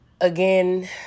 Again